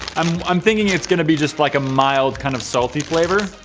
um i'm thinking it's gonna. be just like a mild kind of salty flavor